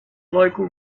local